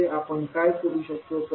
म्हणजे आपण काय करू शकतो